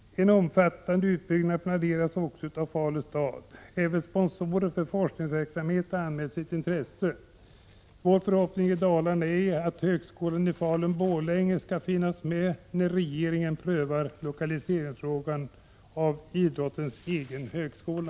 En omfattande utbyggnad planeras också av Falu stad. Även sponsorer för forskningsverksamhet har anmält sitt intresse. Vår förhoppning i Dalarna är att högskolan i Falun— Borlänge skall finnas med när regeringen prövar frågan om lokalisering av idrottens egen högskola.